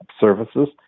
services